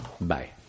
Bye